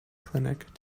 clinic